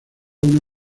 una